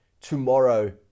tomorrow